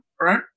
right